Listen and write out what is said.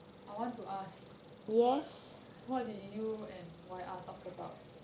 I want to ask what what did you and J yi talk about